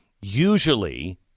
Usually